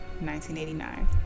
1989